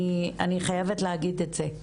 אני חייבת להגיד את זה,